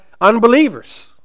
unbelievers